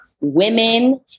women